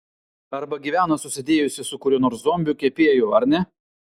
arba gyvena susidėjusi su kuriuo nors zombiu kepėju ar ne